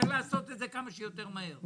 צריך לעשות את זה כמה שיותר מהר.